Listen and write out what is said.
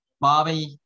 Bobby